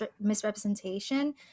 misrepresentation